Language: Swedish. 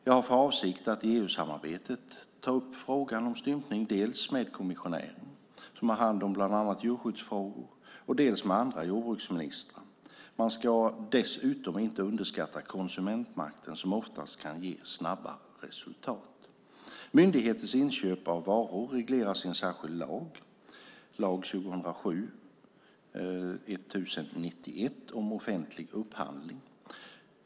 Jag har för avsikt att i EU-samarbetet ta upp frågan om stympning dels med kommissionären som har hand om bland annat djurskyddsfrågor, dels med andra jordbruksministrar. Man ska dessutom inte underskatta konsumentmakten som ofta kan ge snabba resultat. Myndigheters inköp av varor regleras i en särskild lag, lag om offentlig upphandling.